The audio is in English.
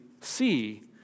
see